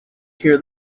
hear